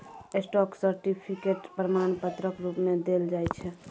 stock certificate प्रमाण पत्रक रुप मे देल जाइ छै